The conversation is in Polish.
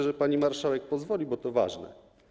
Myślę, że pani marszałek pozwoli, bo to ważne.